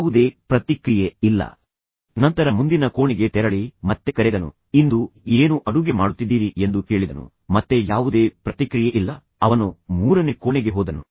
ಯಾವುದೇ ಪ್ರತಿಕ್ರಿಯೆ ಇಲ್ಲ ನಂತರ ಮುಂದಿನ ಕೋಣೆಗೆ ತೆರಳಿ ಮತ್ತೆ ಕರೆದನು ಇಂದು ಏನು ಅಡುಗೆ ಮಾಡುತ್ತಿದ್ದೀರಿ ಎಂದು ಕೇಳಿದನು ಮತ್ತೆ ಯಾವುದೇ ಪ್ರತಿಕ್ರಿಯೆ ಇಲ್ಲ ಅವನು ಮೂರನೇ ಕೋಣೆಗೆ ಹೋದನು